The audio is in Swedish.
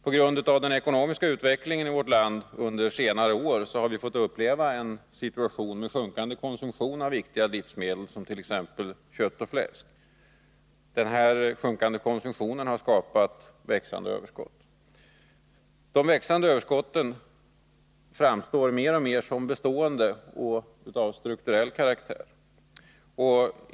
På grund av den ekonomiska utvecklingen i vårt land under senare år har konsumtionen av en del viktiga livsmedel sjunkit, t.ex. av kött och fläsk. Denna sjunkande konsumtion har skapat växande överskott. Dessa växande överskott tycks vara bestående och av strukturell karaktär.